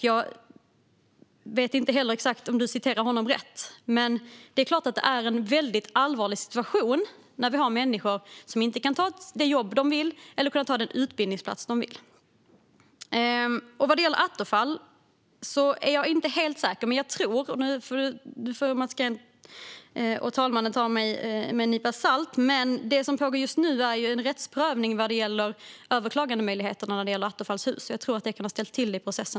Jag vet heller inte om du citerar honom rätt, Mats Green, men det är klart att det är en allvarlig situation när vi har människor som inte kan ta det jobb eller den utbildningsplats de vill. Vad gäller attefallshus är jag inte helt säker. Mats Green och herr talmannen får ta det med en nypa salt, men jag tror att det just nu pågår en rättsprövning av överklagandemöjligheterna när det gäller attefallshus och att detta kan ha ställt till det i processen.